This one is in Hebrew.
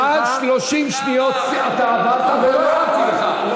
מעל 30 שניות אתה עברת ולא הורדתי לך.